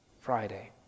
Friday